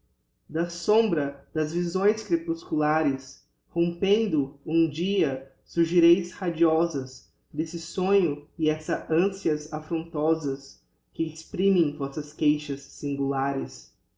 da sombra das visões crepusculares rompendo um dia surgireis radiosas d'esse sonho e essas ancias affrontosas que exprimem vossas queixas singulares